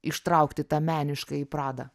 ištraukti tą meniškąjį pradą